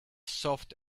soft